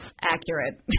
accurate